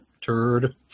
Turd